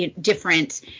different